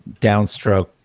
downstroke